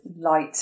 light